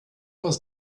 was